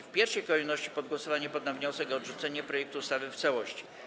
W pierwszej kolejności pod głosowanie poddam wniosek o odrzucenie projektu ustawy w całości.